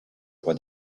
roi